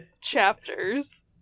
chapters